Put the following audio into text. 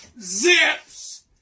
Zips